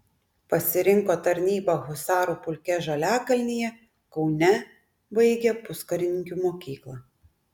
pasirinko tarnybą husarų pulke žaliakalnyje kaune baigė puskarininkių mokyklą